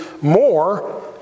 more